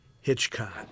Hitchcock